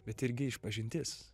bet irgi išpažintis